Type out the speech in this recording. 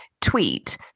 tweet